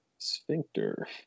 Sphincter